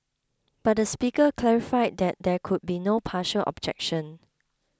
but the speaker clarified that there could be no partial objection